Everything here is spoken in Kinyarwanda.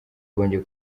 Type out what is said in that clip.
rwongeye